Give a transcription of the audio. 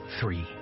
Three